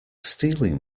stealing